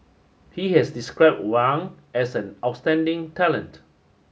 he has described Wang as an outstanding talent